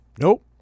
Nope